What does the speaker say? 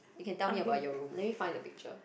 you can tell me about your room let me find the picture